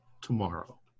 tomorrow